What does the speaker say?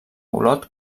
olot